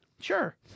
Sure